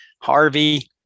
Harvey